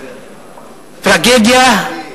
טרגדיה,